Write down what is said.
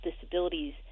disabilities